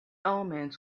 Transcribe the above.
omens